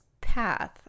path